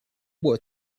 were